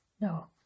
No